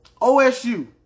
OSU